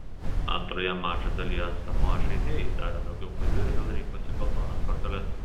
antroje mačo dalyje samoa žaidėjai darė daugiau klaidų ir vėl rinkosi geltonas korteles